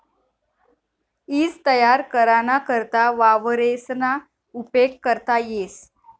ईज तयार कराना करता वावरेसना उपेग करता येस